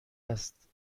است